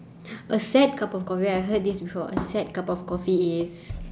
a sad cup of coffee I heard this before a sad cup of coffee is